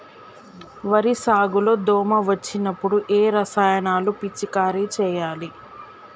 వరి సాగు లో దోమ వచ్చినప్పుడు ఏ రసాయనాలు పిచికారీ చేయాలి?